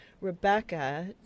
Rebecca